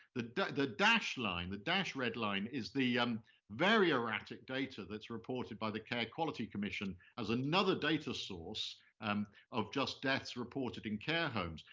the the dashed line, the dashed red line is the um very erratic data that's reported by the care quality commission as another data source um of just deaths reported in care homes.